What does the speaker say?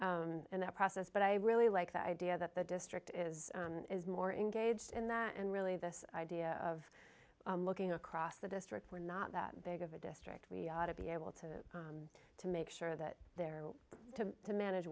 and that process but i really like the idea that the district is is more engaged in that and really this idea of looking across the district we're not that big of a district we ought to be able to to make sure that they're to manage